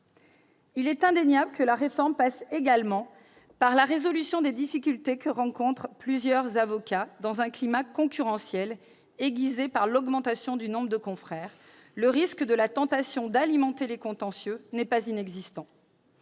Il est indéniable que la réforme passe également par la résolution des difficultés que rencontrent plusieurs avocats. Dans un climat concurrentiel aiguisé par l'augmentation du nombre de confrères, le risque de la tentation d'alimenter les contentieux n'est pas inexistant.